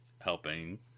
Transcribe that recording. helping